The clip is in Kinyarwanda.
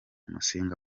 musinga